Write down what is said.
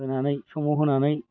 होनानै समाव होनानै